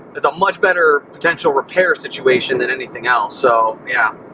it's a much better potential repair situation than anything else, so, yeah.